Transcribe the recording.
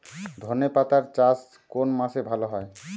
ধনেপাতার চাষ কোন মাসে ভালো হয়?